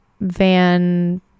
van